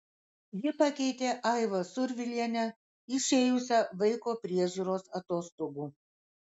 ji pakeitė aivą survilienę išėjusią vaiko priežiūros atostogų